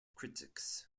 critics